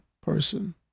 person